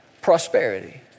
prosperity